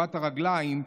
מרובת הרגליים,